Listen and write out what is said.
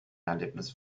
erlebnisse